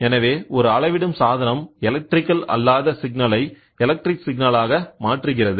எனவே ஒரு அளவிடும் சாதனம் எலக்ட்ரிகல் அல்லாத சிக்னலை எலக்ட்ரிக் சிக்னலாக மாற்றுகிறது